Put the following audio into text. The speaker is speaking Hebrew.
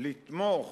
לתמוך